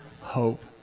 hope